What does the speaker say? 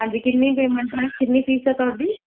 ਹਾਂਜੀ ਕਿੰਨੀ ਪੇਮੈਂਟ ਹੈ ਕਿੰਨੀ ਫੀਸ ਹੈ ਤੁਹਾਡੀ